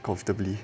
comfortably